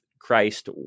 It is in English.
Christ